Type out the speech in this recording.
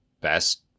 best